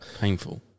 Painful